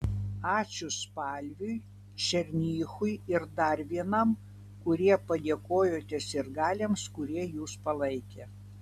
ačiū spalviui černychui ir dar vienam kurie padėkojote sirgaliams kurie jus palaikė